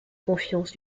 confiance